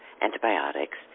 antibiotics